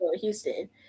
Houston